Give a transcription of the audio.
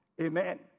Amen